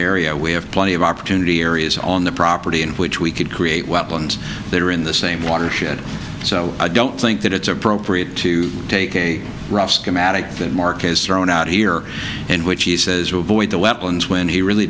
area we have plenty of opportunity areas on the property in which we could create weapons that are in the same watershed so i don't think that it's appropriate to take a rough schematic that mark has thrown out here and which he says will avoid the weapons when he really